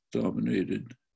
dominated